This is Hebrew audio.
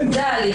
זה ההליך.